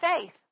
faith